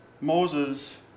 Moses